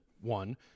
one